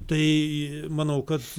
tai manau kad